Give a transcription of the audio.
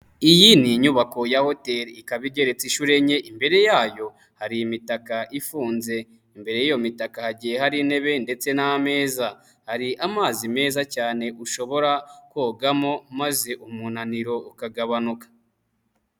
Iyi ni inyubako ya hoteli ikaba igeretse ishuro enye, imbere yayo hari imitaka ifunze. Imbere y'iyo mitaka hagiye hari intebe ndetse n'ameza, hari amazi meza cyane ushobora kogamo maze umunaniro ukagabanuka.